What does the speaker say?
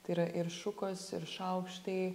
tai yra ir šukos ir šaukštai